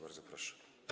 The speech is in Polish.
Bardzo proszę.